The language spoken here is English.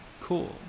Cool